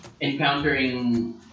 encountering